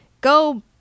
go